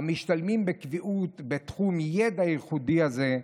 משתלמים בקביעות בתחום הידע הייחודי הזה,